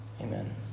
Amen